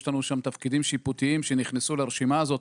יש לנו שם תפקידים שיפוטיים שנכנסו לרשימה הזאת,